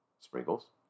Sprinkles